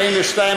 42,